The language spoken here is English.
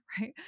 Right